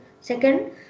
second